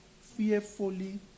fearfully